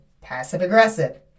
passive-aggressive